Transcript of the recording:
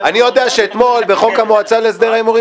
אני יודע שאתמול בחוק המועצה להסדר ההימורים